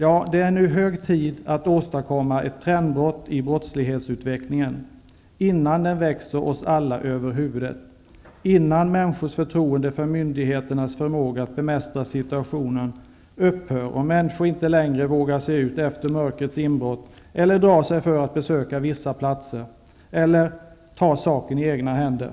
Ja, det är nu hög tid att åstadkomma ett trendbrott i brottslighetsutvecklingen, innan den växer oss alla över huvudet, innan människors förtroende för myndigheternas förmåga att bemästra situationen upphör och människor inte längre vågar sig ut efter mörkrets inbrott, drar sig för att besöka vissa platser eller tar saken i egna händer.